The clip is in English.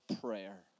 prayer